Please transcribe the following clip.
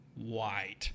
white